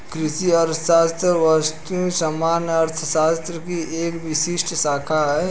कृषि अर्थशास्त्र वस्तुतः सामान्य अर्थशास्त्र की एक विशिष्ट शाखा है